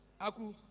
Aku